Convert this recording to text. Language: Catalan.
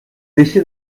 deixe